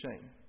shame